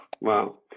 Wow